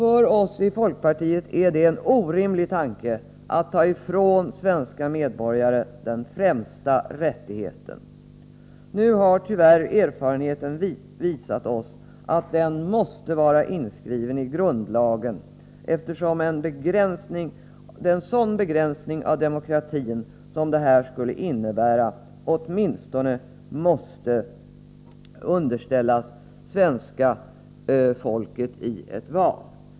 För oss i folkpartiet är det en orimlig tanke att ta ifrån svenska medborgare den främsta rättigheten. Nu har tyvärr erfarenheten visat oss att denna rättighet måste vara inskriven i grundlagen, eftersom en sådan begränsning av demokratin som detta skulle innebära åtminstone måste underställas svenska folket i ett val.